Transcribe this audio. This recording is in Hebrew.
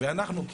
וגם אותנו,